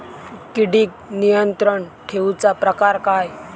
किडिक नियंत्रण ठेवुचा प्रकार काय?